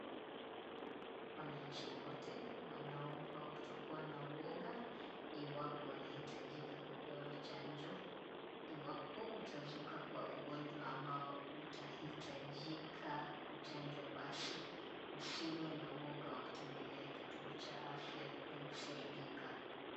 Wananchi wote wanaombwa kutokuwa na uoga, iwapo wanahitajika kupewa chanjo, iwapo kutazuka kwa ugonjwa ambao utahitajika kuchanjwa basi, usiwe na uoga wa kutembelea kituo cha afya ili kusaidika.